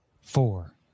four